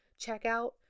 checkout